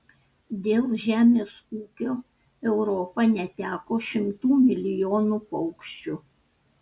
dėl žemės ūkio europa neteko šimtų milijonų paukščių